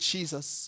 Jesus